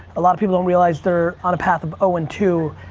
a lot of people don't realize they're on a path of oh and two.